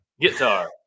Guitar